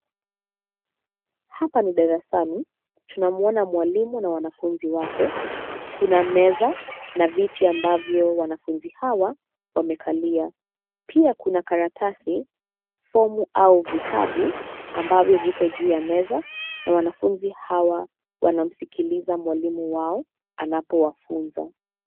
Hapa ni darasani, tunamwona mwalimu na wanafunzi wake, kuna meza, na viti ambavyo wanafunzi hawa, wamekalia, pia kuna karatasi, somo au vitabu, ambavyo viko juu ya meza, na wanafunzi hawa, wanamsikiliza mwalimu wao, anapowafunza.